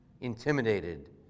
intimidated